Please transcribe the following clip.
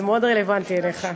זה מאוד רלוונטי לך.